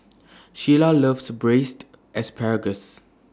Sheyla loves Braised Asparagus